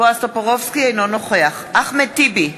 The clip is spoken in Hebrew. אינו נוכח אחמד טיבי,